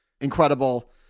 incredible